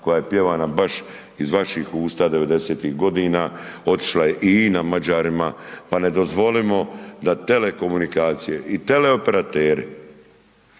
koja je pjevana baš iz vaših usta 90.-tih godina, otišla je i INA Mađarima, pa ne dozvolimo da telekomunikacije i teleoperateri